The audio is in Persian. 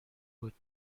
بود